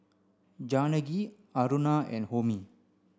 Janaki Aruna and Homi